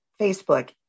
Facebook